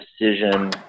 decision